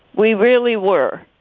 we really were.